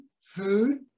food